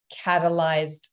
catalyzed